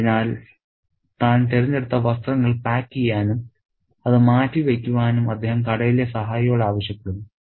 അതിനാൽ താൻ തിരഞ്ഞെടുത്ത വസ്ത്രങ്ങൾ പായ്ക്ക് ചെയ്യാനും അത് മാറ്റി വയ്ക്കുവാനും അദ്ദേഹം കടയിലെ സഹായിയോട് ആവശ്യപ്പെടുന്നു